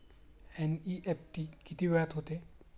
NEFT किती वेळात होते?